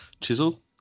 chisel